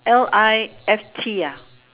L I F T ah